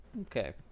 Okay